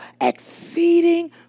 exceeding